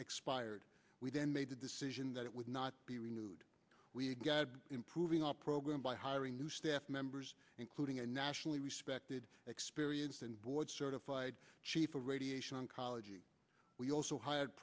expired we then made a decision that it would not be renewed we had guided improving our program by hiring new staff members including a nationally respected experienced and board certified chief of radiation oncology we also h